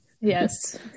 Yes